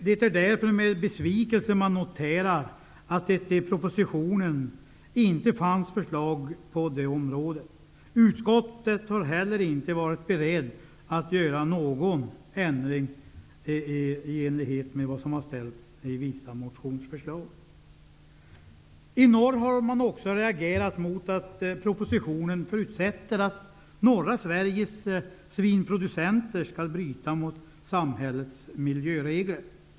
Det är därför med besvikelse man noterar att det i propositionen inte finns förslag på detta område. I utskottet har man heller inte varit beredd att göra någon ändring i enlighet med vissa motionsförslag. I norr har man också reagerat mot att det i propositionen förutsätts att norra Sveriges svinproducenter skall bryta mot samhällets miljöregler.